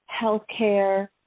healthcare